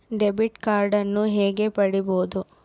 Debit ಕಾರ್ಡನ್ನು ಹೇಗೆ ಪಡಿಬೋದು?